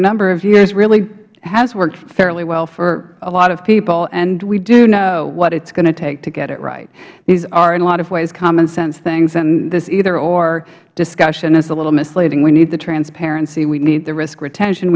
a number of years really has worked fairly well for a lot of people and we do know what it is going to take to get it right these are in a lot of ways common sense things and this eitheror discussion is a little misleading we need the transparency we need the risk retention